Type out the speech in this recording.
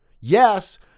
Yes